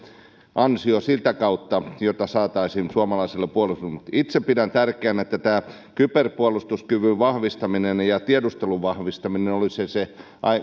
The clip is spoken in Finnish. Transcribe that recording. ansio sitä kautta jota saataisiin suomalaisille puolustusvoimille itse pidän tärkeänä että tämä kyberpuolustuskyvyn vahvistaminen ja tiedustelun vahvistaminen olisi se